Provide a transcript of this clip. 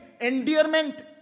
endearment